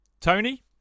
Tony